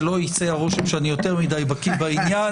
שלא יצא הרושם שאני יותר מידי בקיא בעניין,